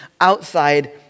outside